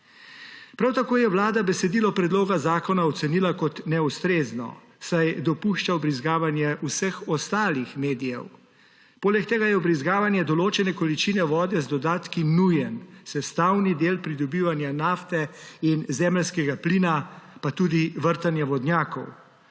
Prav tako je Vlada besedilo predloga zakona ocenila kot neustrezno, saj dopušča vbrizgavanje vseh ostalih medijev. Poleg tega je vbrizgavanje določene količine vode z dodatki nujen sestavni del pridobivanja nafte in zemeljskega plina pa tudi vrtanja vodnjakov.